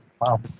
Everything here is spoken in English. Wow